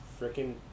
freaking